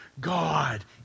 God